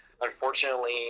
unfortunately